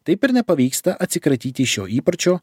taip ir nepavyksta atsikratyti šio įpročio